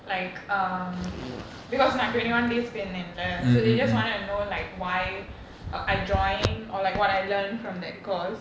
like um because my twenty one days போயிருந்தேன்ல:poyirundhenla so they just wanted to know like why uh I joined or like what I learned from that course